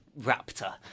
raptor